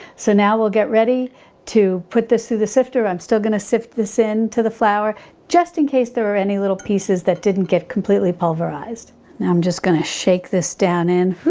so now we'll get ready to put this through the sifter. i'm still going to sift this in to the flour just in case there were any little pieces that didn't get completely pulverized. now i'm just going to shake this down in,